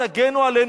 תגנו עלינו.